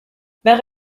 wäre